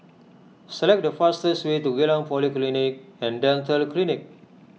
select the fastest way to Geylang Polyclinic and Dental Clinic